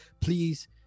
please